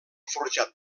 forjat